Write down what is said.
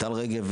טל רגב,